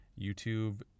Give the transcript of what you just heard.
YouTube